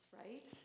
right